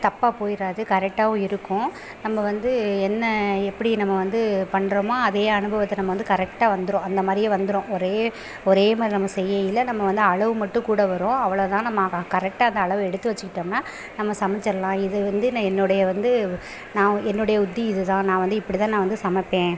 தப்பாக போயிறாது கரெக்டாவும் இருக்கும் நம்ம வந்து என்ன எப்படி நம்ம வந்து பண்ணுறமோ அதே அனுபவத்தை நம்ம வந்து கரெக்டாக வந்துரும் அந்த மாதிரியே வந்துரும் ஒரே ஒரே மாதிரி நம்ம செய்யயில நம்ம வந்து அளவு மட்டும் கூட வரும் அவ்வளோ தான் நம்ம அ கரெக்டாக அந்த அளவ எடுத்து வச்சுக்கிட்டோம்னா நம்ம சமச்சுட்லாம் இது வந்து ந என்னுடைய வந்து நான் என்னுடைய யுக்தி இது தான் நான் வந்து இப்படி தான் நான் வந்து சமைப்பேன்